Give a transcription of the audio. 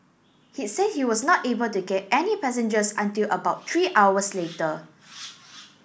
he said he was not able to get any passengers until about three hours later